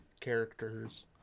characters